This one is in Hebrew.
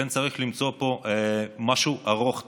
לכן צריך למצוא פה משהו ארוך טווח,